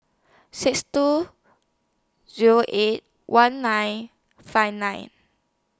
six two Zero eight one nine five nine